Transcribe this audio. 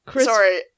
Sorry